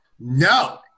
no